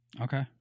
Okay